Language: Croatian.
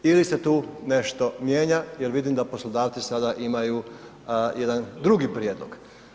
Ili se tu nešto mijenja jer vidim da poslodavci sada imaju jedan drugi prijedlog.